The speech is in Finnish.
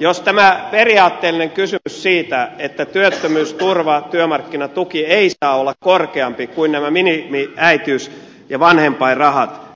jos tämä periaatteellinen kysymys siitä että työttömyysturva työmarkkinatuki ei saa olla korkeampi kuin nämä minimiäitiys ja vanhempainrahat